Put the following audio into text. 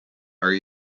are